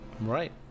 Right